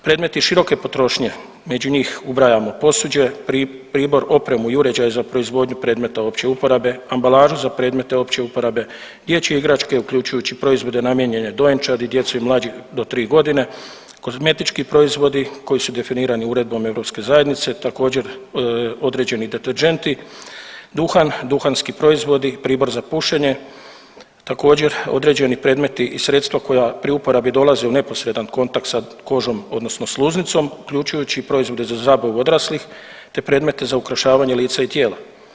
Predmeti široke potrošnje među njih ubrajamo posuđe, pribor, opremu i uređaje za proizvodnju predmeta opće uporabe, ambalažu za predmete opće uporabe, dječje igračke uključujući proizvode namijenjene dojenčadi, djecu i mlađih do 3 godine, kozmetički proizvodi koji su definirani uredbom Europske zajednice, također određeni deterdženti, duhan, duhanski proizvodi, pribor za pušenje, također određeni predmeti i sredstva koja pri uporabi dolaze u neposredan kontakt sa kožom odnosno sluznicom uključujući i proizvode za zabavu odraslih te predmete za ukrašavanje lica i tijela.